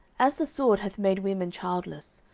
as the sword hath made women childless,